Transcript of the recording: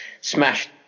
smashed